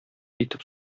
итеп